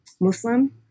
Muslim